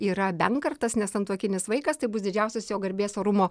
yra benkartas nesantuokinis vaikas tai bus didžiausias jo garbės orumo